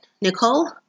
Nicole